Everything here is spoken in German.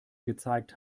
gezeigt